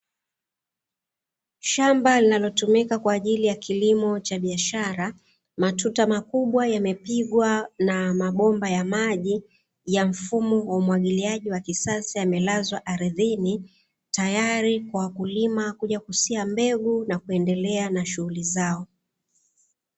Shamba linalotumika kwaajili ya kilimo cha biashara, matuta makubwa yamepigwa na mabomba ya maji ya mfumo wa umwagiliaji wa kisasa, yamelazwa aridhini tayali kwa wakulima kuja kusia mbegu na kuendelea na shuhuli zao.